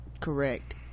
correct